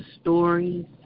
stories